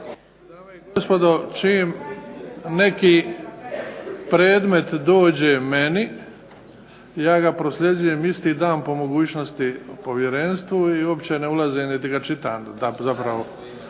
Dame i gospodo, čim neki predmet dođe meni ja ga prosljeđujem isti dan po mogućnosti povjerenstvu i uopće ne ulazim niti ga čitam